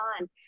on